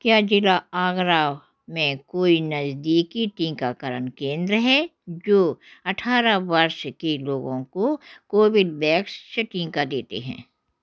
क्या ज़िला आगरा में कोई नज़दीकी टीकाकरण केंद्र हैं जो अठारह वर्ष के लोगों कोविड वैक्सकीन का टीका देते हैं